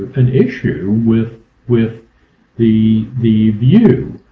an issue with with the the view.